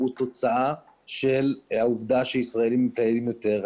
הוא תוצאה של ישראלים שמטיילים יותר.